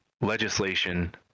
legislation